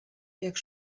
jak